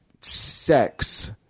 sex